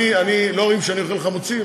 לא רואים שאני אוכל חמוצים?